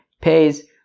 pays